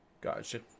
gotcha